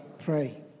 pray